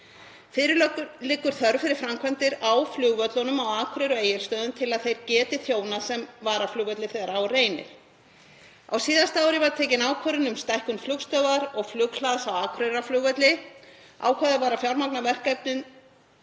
Fyrir liggur þörf fyrir framkvæmdir á flugvöllunum á Akureyri og Egilsstöðum til að þeir geti þjónað sem varaflugvellir þegar á reynir. Á síðasta ári var tekin ákvörðun um stækkun flugstöðvar og flughlaðs á Akureyrarflugvelli. Ákveðið var að fjármagna verkefnin